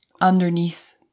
underneath